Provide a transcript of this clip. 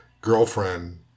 girlfriend